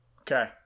okay